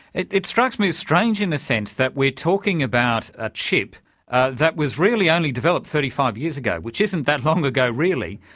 it it strikes me as strange, in a sense, that we're talking about a chip that was really only developed thirty five years ago, which isn't that long ago really,